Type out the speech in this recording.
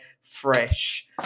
fresh